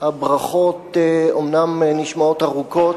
הברכות אומנם נשמעות ארוכות,